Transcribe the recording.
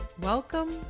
Welcome